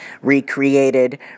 recreated